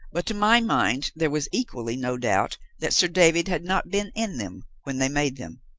but to my mind there was equally no doubt that sir david had not been in them when they made them.